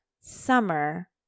summer